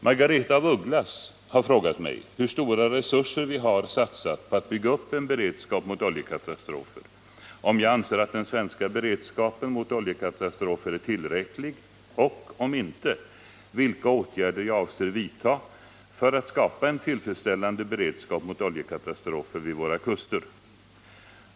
Margaretha af Ugglas har frågat mig hur stora resurser vi har satsat på att bygga upp en beredskap mot oljekatastrofer, om jag anser att den svenska beredskapen mot oljekatastrofer är tillräcklig och, om inte, vilka åtgärder jag avser vidta för att skapa en tillfredsställande beredskap mot oljekatastrofer vid våra kuster.